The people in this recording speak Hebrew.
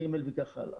ג' וכך הלאה.